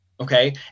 okay